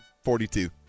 Forty-two